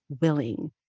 willing